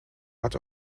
art